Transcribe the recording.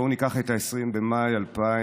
בואו ניקח את 20 במאי 2049,